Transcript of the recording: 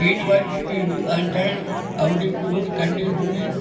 तीन वर्ष की रुपांतरण अवधि पूर्ण करनी होगी